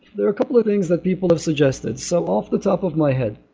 there are a couple of things that people have suggested. so off the top of my head,